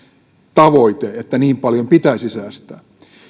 tavoite että niin paljon pitäisi säästää